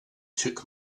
took